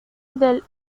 del